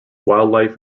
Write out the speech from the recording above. wildlife